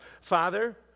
Father